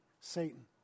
Satan